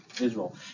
Israel